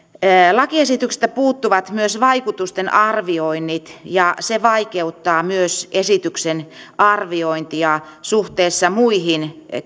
lakiesityksestä puuttuvat myös vaikutusten arvioinnit ja se vaikeuttaa myös esityksen arviointia suhteessa muihin